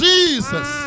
Jesus